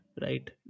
right